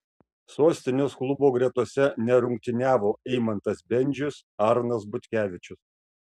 sostinės klubo gretose nerungtyniavo eimantas bendžius arnas butkevičius